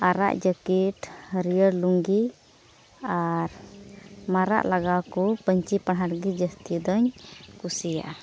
ᱟᱨᱟᱜ ᱡᱮᱠᱮᱴ ᱦᱟᱹᱨᱭᱟᱹᱲ ᱞᱩᱸᱜᱤ ᱟᱨ ᱢᱟᱨᱟᱜ ᱞᱟᱜᱟᱣ ᱠᱚ ᱯᱟᱹᱧᱪᱤ ᱯᱟᱲᱦᱟᱴ ᱜᱮ ᱡᱟᱹᱥᱛᱤ ᱫᱚᱧ ᱠᱩᱥᱤᱭᱟᱜᱼᱟ